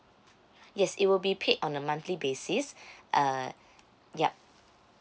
yes it will be paid on a monthly basis err yup